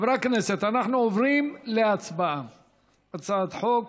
חברי הכנסת, אנחנו עוברים להצבעה על הצעת חוק